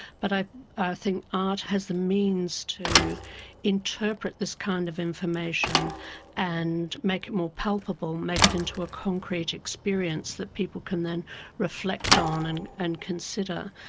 but i i think art has the means to interpret this kind of information and make it more palpable, make it into a concrete experience that people can then reflect on and and consider.